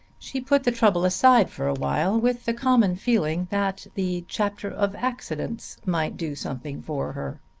she put the trouble aside for a while with the common feeling that the chapter of accidents might do something for her.